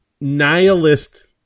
nihilist